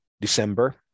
December